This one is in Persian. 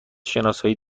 شناسایی